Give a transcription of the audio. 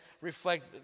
reflect